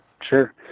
sure